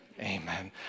Amen